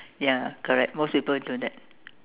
ya correct most people do that